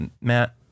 Matt